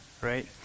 Right